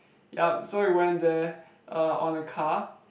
yup so we went there er on a car